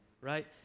right